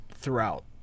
throughout